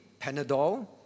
Panadol